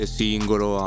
singolo